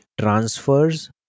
transfers